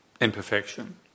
imperfection